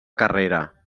carrera